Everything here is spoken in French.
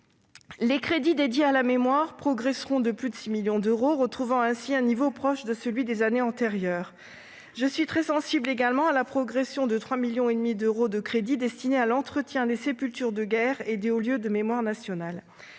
Les crédits dédiés à la mémoire progresseront de plus de 6 millions d'euros, retrouvant ainsi un niveau proche de celui des années antérieures. Je suis très sensible également à la progression de 3,5 millions d'euros des crédits destinés à l'entretien des sépultures de guerre et des hauts lieux de mémoire nationale.